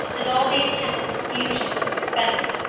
and all the attendant confusion and expense.